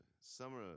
summer